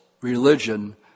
religion